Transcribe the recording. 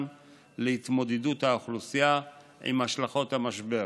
להתמודדות האוכלוסייה עם השלכות המשבר.